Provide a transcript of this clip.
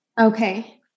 Okay